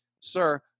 Sir